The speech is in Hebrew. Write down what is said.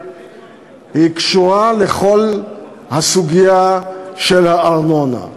קשורה לכל הסוגיה של הארנונה.